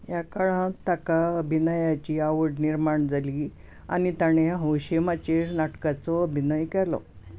ह्या काळांत ताका अभिनयाची आवड निर्माण जाली आनी ताणें हौशी माचयेर नाटकाचो अभिनय केलो